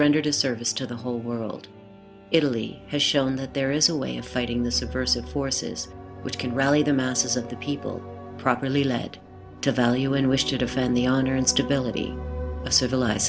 rendered a service to the whole world italy has shown that there is a way of fighting the subversive forces which can rally the masses of the people properly led to value and wish to defend the honor and stability a civilized